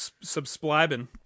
subscribing